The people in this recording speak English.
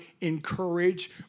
encourage